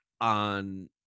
on